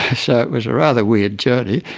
so it was a rather weird journey,